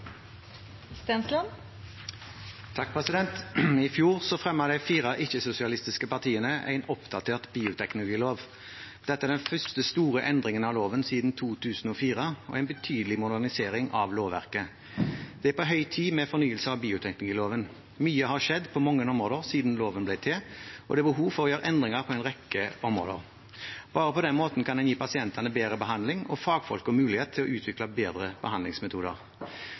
en betydelig modernisering av lovverket. Det er på høy tid med en fornyelse av bioteknologiloven. Mye har skjedd på mange områder siden loven ble til, og det er behov for å gjøre endringer på en rekke områder. Bare på den måten kan en gi pasientene bedre behandling og fagfolkene mulighet til å utvikle bedre behandlingsmetoder.